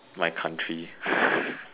my country